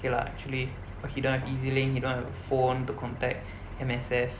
kay lah actually he don't have EZlink he don't have a phone to contact M_S_F